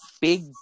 big